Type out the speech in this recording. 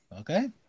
Okay